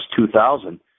2000